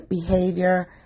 behavior